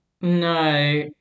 No